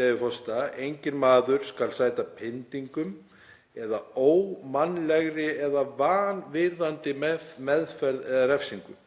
leyfi forseta: „Enginn maður skal sæta pyndingum eða ómannlegri eða vanvirðandi meðferð eða refsingu.“